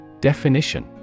Definition